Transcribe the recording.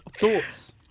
Thoughts